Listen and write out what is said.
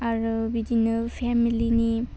आरो बिदिनो फेमिलिनि